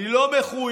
אני לא מחויב,